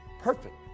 perfect